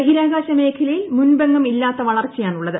ബഹിരാകാശ മേഖലയിൽ മുമ്പെങ്ങും ഇല്ലാത്ത വളർച്ചയാണ് ഉള്ളത്